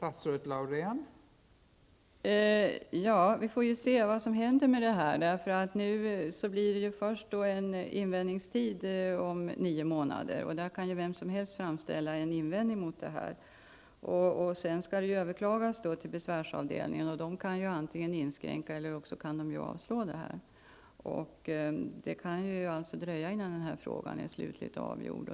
Fru talman! Vi får väl se vad som händer på det här området. Först blir det en invändningstid om nio månader. Under den tiden kan vem som helst framställa en invändning mot beslutet. Sedan skall det överklagas till besvärsavdelningen, och den kan antingen inskränka eller avslå. Det kan alltså dröja innan den här frågan är slutligt avgjord.